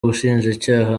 ubushinjacyaha